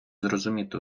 зрозуміти